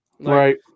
Right